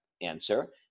answer